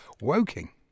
Woking